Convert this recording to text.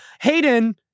Hayden